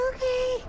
Okay